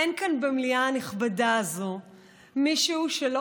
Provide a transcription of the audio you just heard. אין כאן במליאה הנכבדה הזאת מישהו שלא